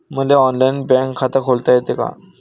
मले online bank खात खोलता येते का?